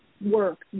work